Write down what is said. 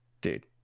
dude